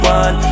one